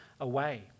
away